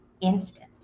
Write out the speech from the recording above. instant